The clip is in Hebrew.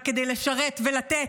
רק כדי לשרת ולתת.